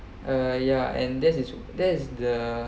uh yeah and that is that's the